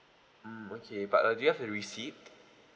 mm okay but uh do you have the receipt